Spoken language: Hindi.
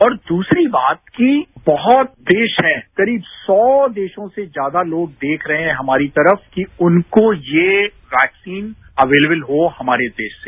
और दूसरी बात कि बहुत देश है करीब सौ देशों से ज्यादा लोग देख रहे हैं हमारी तरफ कि उनको ये वैक्सीन अवेलेबल हो हमारे देश से